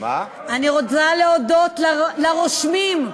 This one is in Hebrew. אני רוצה להודות לרושמים.